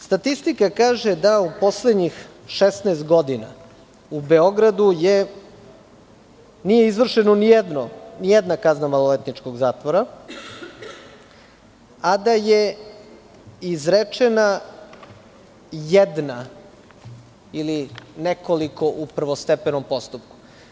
Statistika kaže da u poslednjih 16 godina u Beogradu nije izvršena nijedna kazna maloletničkog zatvora, a da je izrečena jedna ili nekoliko u prvostepenom postupku.